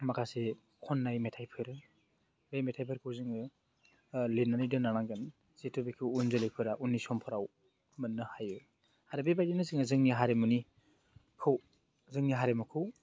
माखासे खननाय मेथाइफोर बे मेथाइफोरखौ जोङो लिरनानै दोनलांनागोन जिथु बेखौ उनजोलैफोरा उननि समफोराव मोननो हायो आरो बेबायदिनो जोङो जोंनि हारिमुनिखौ जोंनि हारिमुखौ